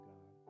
God